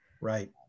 Right